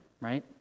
right